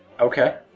Okay